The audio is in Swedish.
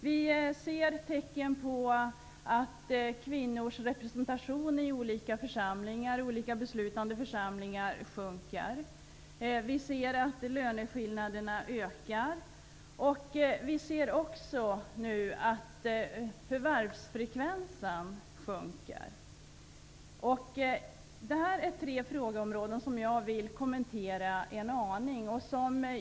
Vi ser tecken på att kvinnors representation i olika beslutande församlingar sjunker. Vi ser att löneskillnaderna ökar, och vi ser att förvärvsfrekvensen sjunker. Det här är tre frågeområden som jag vill kommentera en aning.